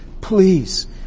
Please